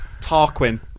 Tarquin